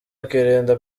bakirinda